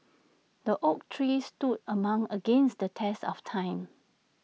the oak tree stood among against the test of time